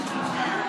חבר הכנסת גפני,